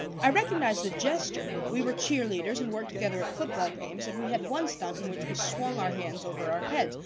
i recognized the gesture we were cheerleaders and worked together at football games, and we had one stunt in which we swung our hands over our heads,